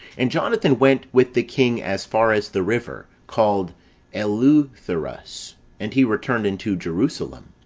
and jonathan went with the king as far as the river, called eleutherus and he returned into jerusalem.